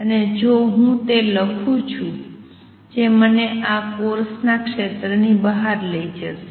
અને જો હું તે લખું છું જે મને આ કોર્સના ક્ષેત્રની બહાર લઈ જશે